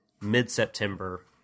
mid-September